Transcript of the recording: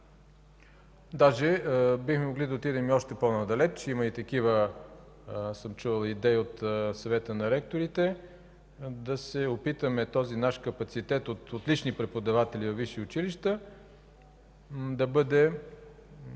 Даже бихме могли да отидем и още по-надалеч. Такива идеи съм чувал от Съвета на ректорите – да се опитаме този наш капацитет от отлични преподаватели във висши училища да бъде